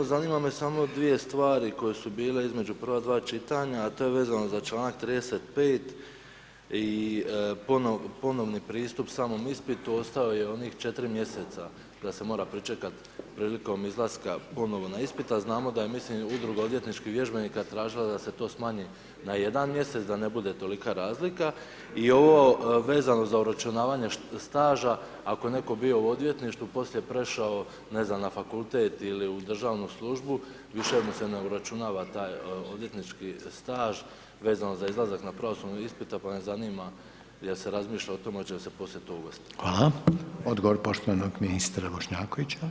Zanima me samo dvije stvari koje su bile između prva dva čitanja, a to je vezano za čl. 35. i ponovni pristup samom ispitu ostao je onih 4 mjeseca da se mora pričekat prilikom izlaska ponovo na ispit, a znamo da je, mislim Udruga odvjetničkih vježbenika, tražila da se to smanji na jedan mjesec, da ne bude tolika razlika i ovo vezano za uračunavanje staža, ako je netko bio u odvjetništvu, poslije je prešao, ne znam, na fakultet ili u državnu službu, više mu se ne uračunava taj odvjetnički staž vezano za izlazak na pravosudni ispit, pa me zanima jel se razmišlja o tome hoće li se poslije to uvesti.